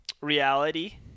Reality